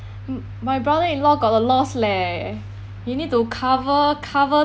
m~ my brother in law got a loss leh he need to cover cover